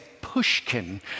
Pushkin